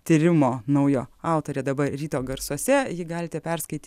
tyrimo naujo autorė dabar ryto garsuose jį galite perskaityt